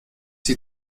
die